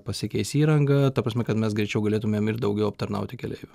pasikeis įranga ta prasme kad mes greičiau galėtumėm ir daugiau aptarnauti keleivių